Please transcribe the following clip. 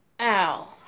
Ow